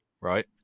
right